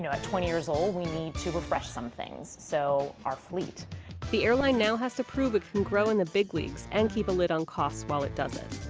at twenty years old we need to refresh some things so our fleet the airline now has to prove it can grow in the big leagues and keep a lid on costs while it does it